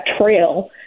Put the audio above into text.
trail